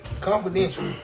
Confidential